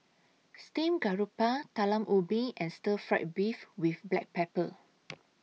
Steamed Garoupa Talam Ubi and Stir Fried Beef with Black Pepper